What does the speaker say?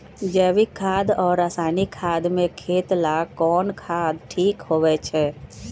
जैविक खाद और रासायनिक खाद में खेत ला कौन खाद ठीक होवैछे?